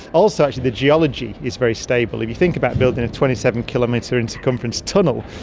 also actually the geology is very stable. if you think about building a twenty seven kilometre in circumference tunnel,